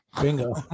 Bingo